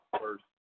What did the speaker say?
first